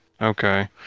okay